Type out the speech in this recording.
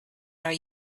are